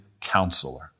counselor